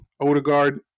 Odegaard